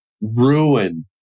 ruin